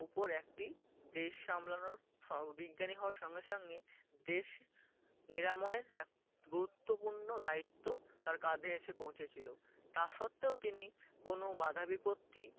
ওপর একটি দেশ সামলানোর স বিজ্ঞানী হওয়ার সঙ্গে সঙ্গে দেশ নিরাময়ের এক গুরুত্বপূর্ণ দায়িত্ব তার কাঁধে এসে পৌঁছেছিলো তা সত্ত্বেও তিনি কোনো বাঁধা বিপত্তি